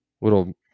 little